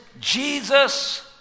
Jesus